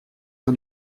sur